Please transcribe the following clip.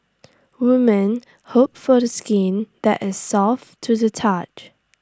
women hope for the skin that as soft to the touch